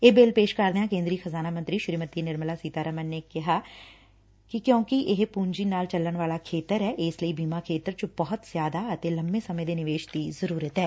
ਇਹ ਬਿੱਲ ਪੇਸ਼ ਕਰਦਿਆਂ ਕੇਂਦਰੀ ਖਜ਼ਾਨਾ ਮੌਤਰੀ ਸ੍ਰੀਮਤੀ ਸੀਤਾਰਮਨ ਨੇ ਕਿਹਾ ਕਿ ਕਿਉਂਕਿ ਇਹ ਪੁੰਜੀ ਨਾਲ ਚੱਲਣ ਵਾਲਾ ਖੇਤਰ ਐ ਇਸ ਲਈ ਬੀਮਾ ਖੇਤਰ ਚ ਬਹੁਤ ਜ਼ਿਆਦਾ ਅਤੇ ਲੰਬੇ ਸਮੇ ਦੇ ਨਿਵੇਸ਼ ਦੀ ਜ਼ਰੁਰਤ ਐ